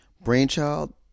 Brainchild